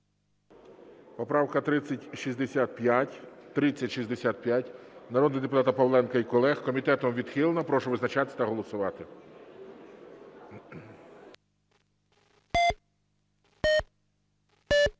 Поправка 3065 народного депутата Павленка і колег. Комітетом відхилена. Прошу визначатися та голосувати.